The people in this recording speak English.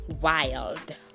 wild